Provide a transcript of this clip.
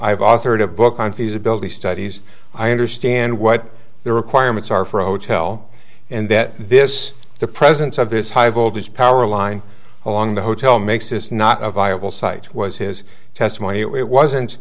have authored a book on feasibility studies i understand what the requirements are for a hotel and that this the presence of this high voltage power line along the hotel makes this not a viable site was his testimony it wasn't